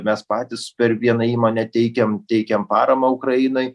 mes patys per vieną įmonę teikiam teikiam paramą ukrainai